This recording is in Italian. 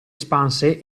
espanse